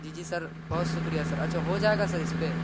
جی جی سر بہت شکریہ سر اچھا ہو جائے گا سر اس پہ